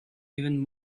even